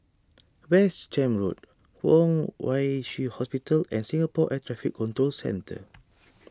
West Camp Road Kwong Wai Shiu Hospital and Singapore Air Traffic Control Centre